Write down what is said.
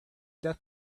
death